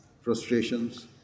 frustrations